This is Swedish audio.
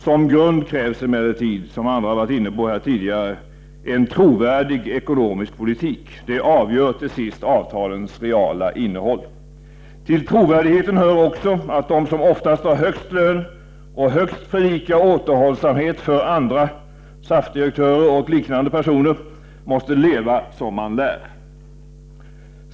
Som grund krävs emellertid, vilket andra talare har nämnt tidigare, en trovärdig ekonomisk politik. Det avgör till sist avtalens reala innehåll. Till trovärdigheten hör också att de som oftast har högst lön och högst predikar återhållsamhet för andra — SAF-direktörer och liknande personer — måste leva som de lär.